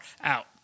out